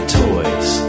toys